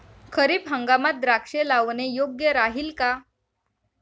खरीप हंगामात द्राक्षे लावणे योग्य राहिल का?